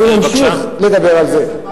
אני ממשיך לדבר על זה.